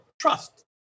trust